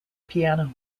piano